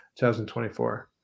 2024